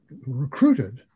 recruited